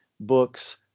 books